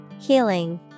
Healing